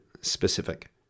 specific